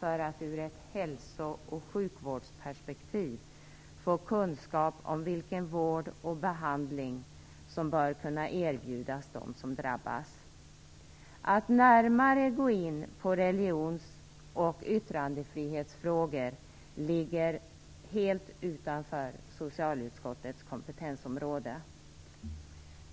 Det gäller att ur ett hälso och sjukvårdsperspektiv få kunskap om vilken vård och behandling som bör erbjudas dem som drabbas. Att närmare gå in på religions och yttrandefrihetsfrågor ligger helt utanför socialutskottets kompetensområde.